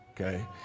okay